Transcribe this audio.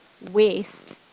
waste